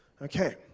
Okay